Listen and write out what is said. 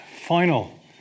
final